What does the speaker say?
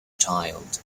child